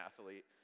athlete